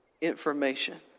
information